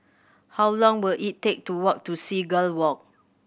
how long will it take to walk to Seagull Walk